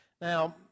Now